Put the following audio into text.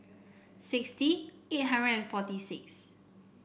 sixty eight hundred and forty six